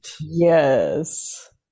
Yes